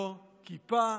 לא, כיפה,